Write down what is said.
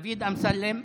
דוד אמסלם,